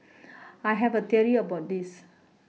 I have a theory about this